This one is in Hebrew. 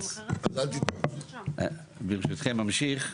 ברשותכם אמשיך,